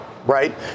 right